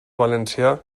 valencià